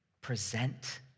present